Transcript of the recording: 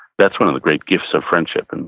that's one of the great gifts of friendship. and